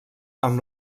amb